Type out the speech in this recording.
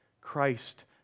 Christ